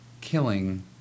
killing